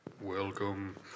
Welcome